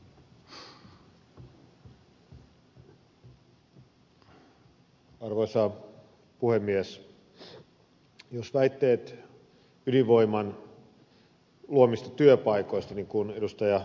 jos väitteet ydinvoiman luomista työpaikoista niin kuin ed